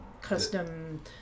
custom